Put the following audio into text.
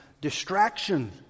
distraction